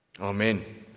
Amen